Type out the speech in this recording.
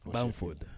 Bamford